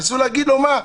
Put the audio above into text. ניסו להגיד לו: מה,